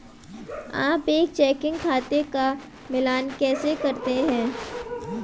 आप एक चेकिंग खाते का मिलान कैसे करते हैं?